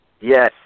Yes